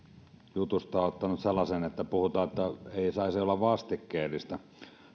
jutusta ottanut sellaisen että puhutaan että ei saisi olla vastikkeellista